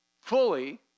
fully